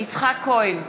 יצחק כהן,